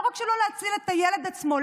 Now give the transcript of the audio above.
לא רק לא להציל את הילד עצמו,